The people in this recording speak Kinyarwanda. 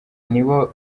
nabo